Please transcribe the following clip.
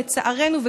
לצערנו,